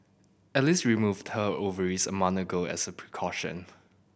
Alice removed her ovaries a month ago as a precaution